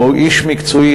הוא איש מקצועי,